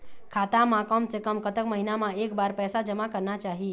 खाता मा कम से कम कतक महीना मा एक बार पैसा जमा करना चाही?